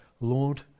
Lord